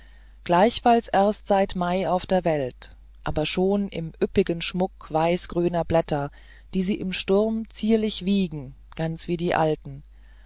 gleichfalls erst seit mai auf der welt aber schon im üppigen schmuck weißgrüner blätter die sie im sturme zierlich wiegen ganz wie die alten